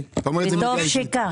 וטוב שכך.